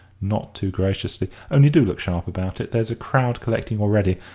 not too graciously only do look sharp about it there's a crowd collecting already,